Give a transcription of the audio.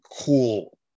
cool